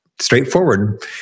straightforward